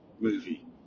movie